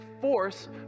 force